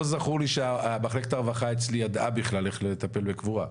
לא זכור לי שמחלקת הרווחה אצלי ידעה בכלל כיצד מטפלים בקבורה,